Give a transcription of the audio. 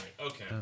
Okay